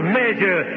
measure